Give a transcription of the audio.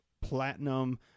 platinum